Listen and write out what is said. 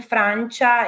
Francia